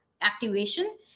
activation